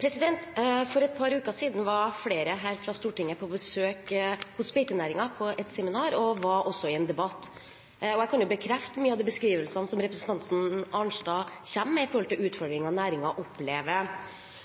For et par uker siden var flere her fra Stortinget på besøk hos beitenæringen på et seminar og var også i en debatt. Jeg kan bekrefte mye av de beskrivelsene som representanten Arnstad kommer med når det gjelder utfordringer næringen opplever.